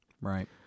right